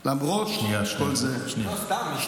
סתם, רקע היסטורי.